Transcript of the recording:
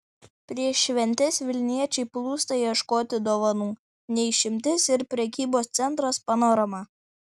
prieš šventes vilniečiai plūsta ieškoti dovanų ne išimtis ir prekybos centras panorama